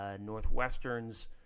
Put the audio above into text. Northwestern's